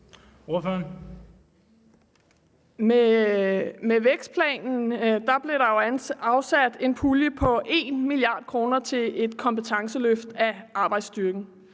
Med vækstplanen blev der afsat en pulje på 1 mia. kr. til et kompetenceløft af arbejdsstyrken.